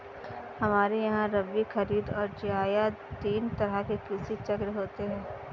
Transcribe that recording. हमारे यहां रबी, खरीद और जायद तीन तरह के कृषि चक्र होते हैं